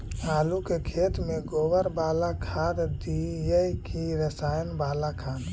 आलू के खेत में गोबर बाला खाद दियै की रसायन बाला खाद?